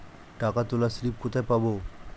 টাকা তোলার স্লিপ কোথায় পাব?